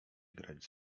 grać